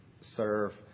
serve